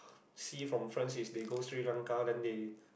see from friends is they go Sri-Lanka then they